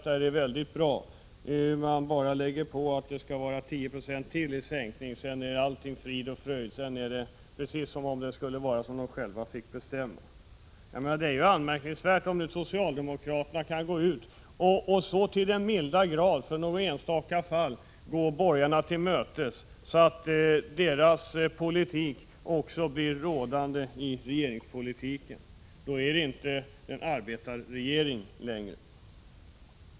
De vill bara sänka ytterligare 10 92, sedan är allt frid och fröjd och precis som det skulle vara om borgarna själva fick bestämma. Det är anmärkningsvärt att socialdemokraterna bara för några enstaka fall så till den milda grad går borgarna till mötes att deras åsikter blir rådande också i regeringens politik. Då är det inte en arbetarregering längre.